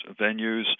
venues